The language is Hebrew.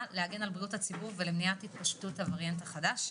להגן על בריאות הציבור ולמנוע התפשטות הווריאנט החדש.